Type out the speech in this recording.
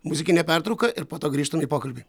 muzikinė pertrauka ir po to grįžtam į pokalbį